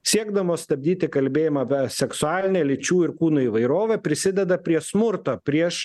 siekdamos stabdyti kalbėjimą apie seksualinę lyčių ir kūno įvairovę prisideda prie smurto prieš